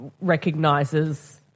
recognises